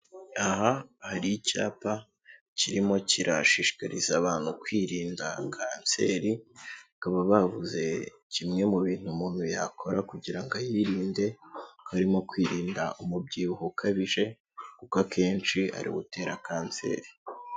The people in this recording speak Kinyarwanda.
Aha hari icyapa kirimo kirashishikariza abantu kwirinda kanseri, bakaba bavuze kimwe mu bintu umuntu yakora kugira ngo ayirinde, harimo kwirinda umubyibuho ukabije, kuko akenshi ariwo utera kanseri.